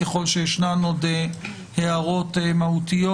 ככל שיש עוד הערות מהותיות,